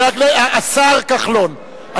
השר כחלון,